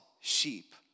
sheep